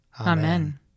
Amen